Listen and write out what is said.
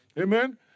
amen